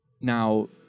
Now